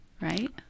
right